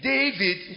David